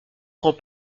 prend